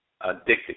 addicted